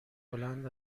بلند